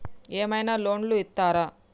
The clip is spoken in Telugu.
ఏమైనా లోన్లు ఇత్తరా?